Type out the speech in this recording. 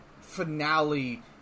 finale